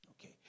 Okay